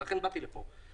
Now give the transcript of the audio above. ולכן באתי לפה.